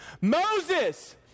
Moses